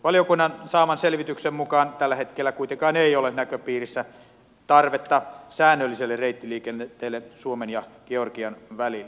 valiokunnan saaman selvityksen mukaan tällä hetkellä kuitenkaan ei ole näköpiirissä tarvetta säännölliselle reittiliikenteelle suomen ja georgian välille